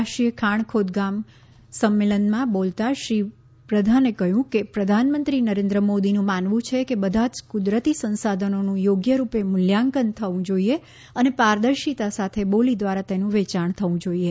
રાષ્ટ્રીય ખાણ ખોદકામ ખનન સંમેલનમાં બોલતા શ્રી પ્રધાને કહ્યું કે પ્રધાનમંત્રી નરેન્દ્ર મોદીનું માનવું છે કે બધા જ કુદરતી સંસાધનોનું યોગ્ય રૂપે મૂલ્યાંકન થવું જોઇએ અને પારદર્શિતા સાથે બોલી દ્વારા તેનું વેચાણ થવું જોઇએ